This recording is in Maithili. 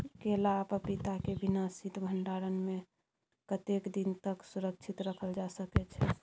केला आ पपीता के बिना शीत भंडारण के कतेक दिन तक सुरक्षित रखल जा सकै छै?